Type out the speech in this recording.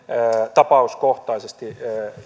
tapauskohtaisesti